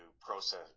process